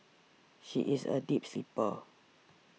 she is a deep sleeper